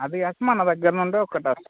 అదికాక మన దగ్గర నుండి ఒకటి